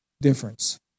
difference